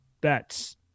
bets